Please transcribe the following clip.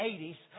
80s